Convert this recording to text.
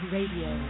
Radio